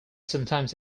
sometimes